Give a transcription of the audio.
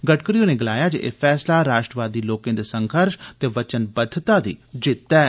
गडकरी होरें गलाया जे एह् फैसला राश्ट्रवादी लोकें दे संर्घष ते वचनबद्धता दी जित्त ऐ